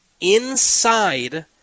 inside